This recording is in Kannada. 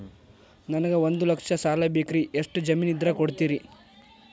ನನಗೆ ಒಂದು ಲಕ್ಷ ಸಾಲ ಬೇಕ್ರಿ ಎಷ್ಟು ಜಮೇನ್ ಇದ್ರ ಕೊಡ್ತೇರಿ?